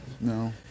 No